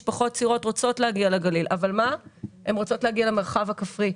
משפחות צעירות רוצות להגיע לגליל אבל הן רוצות להגיע למרחב הכפרי.